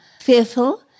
fearful